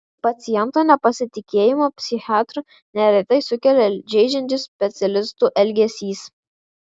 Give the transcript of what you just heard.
paciento nepasitikėjimą psichiatru neretai sukelia žeidžiantis specialistų elgesys